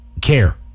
care